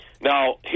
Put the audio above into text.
now